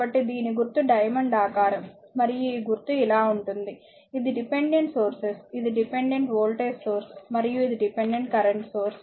కాబట్టిదీని గుర్తు డైమండ్ ఆకారం మరియు ఈ గుర్తు ఇలా ఉంటుంది ఇది డిపెండెంట్ సోర్సెస్ ఇది డిపెండెంట్ వోల్టేజ్ సోర్స్ మరియు ఇది డిపెండెంట్ కరెంట్ సోర్స్